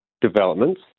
developments